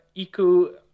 Iku